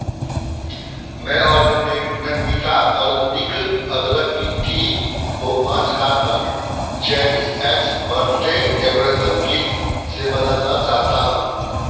मैं ऑर्गनि नि निका ऑर्गेनिक अदरक की टी को पाँच कार्टन चेरिस एक्स बर्थडे डेकोरेसन किट से बदलना चाहता हूँ